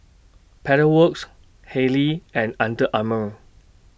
Pedal Works Haylee and Under Armour